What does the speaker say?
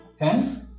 Hence